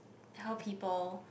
how people